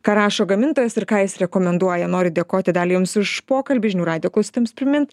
ką rašo gamintojas ir ką jis rekomenduoja noriu dėkoti dalia jums už pokalbį žinių radijo klausytojams primint